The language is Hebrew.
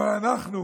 אבל אנחנו,